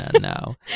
no